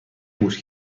گوش